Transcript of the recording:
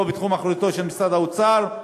לא בתחום אחריותו של משרד האוצר,